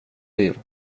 liv